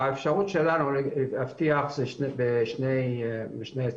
האפשרות שלנו להבטיח דבר כזה היא בשני דברים: